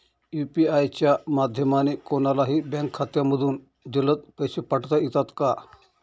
UPI च्या माध्यमाने कोणलाही बँक खात्यामधून जलद पैसे पाठवता येतात का?